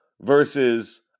versus